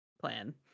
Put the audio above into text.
plan